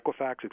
Equifax